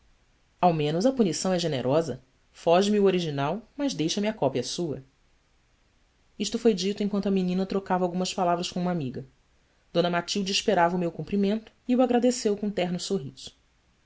ao menos a punição é generosa foge me o original mas deixa-me a cópia sua isto foi dito enquanto a menina trocava algumas palavras com uma amiga d matilde esperava o meu cumprimento e o agradeceu com terno sorriso